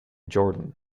jordan